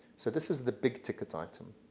so this is the big ticket item.